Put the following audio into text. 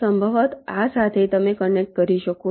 સંભવતઃ આ સાથે તમે કનેક્ટ કરી શકો છો